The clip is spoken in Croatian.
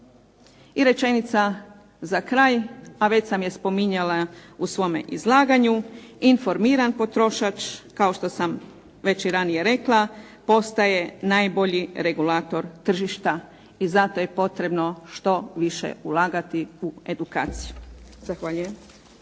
I rečenica za kraj, a već sam je spominjala u svome izlaganju, informiran potrošač, kao što sam već i ranije rekla, postaje najbolji regulator tržišta i zato je potrebno što više ulagati u edukaciju. Zahvaljujem.